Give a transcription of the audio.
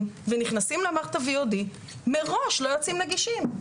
ונכנסים למערכת ה-VOD מראש לא יוצאים נגישים.